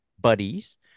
buddies